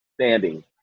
standing